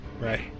Right